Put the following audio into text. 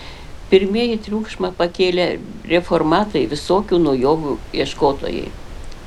pirmieji triukšmą pakėlė reformatai visokių naujovių ieškotojai